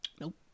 Nope